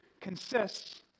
consists